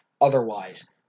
otherwise